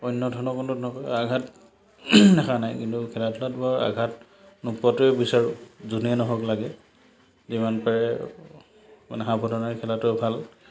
অন্য ধৰণৰ কোনো আঘাত দেখা নাই কিন্তু খেলা ধূলাত বৰ আঘাত নোপোৱাটোৱে বিচাৰোঁ যোনে নহওক লাগে যিমান পাৰে মানে সাৱধানে খেলাটো ভাল